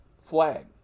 Flag